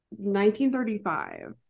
1935